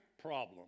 problem